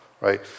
right